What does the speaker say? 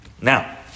Now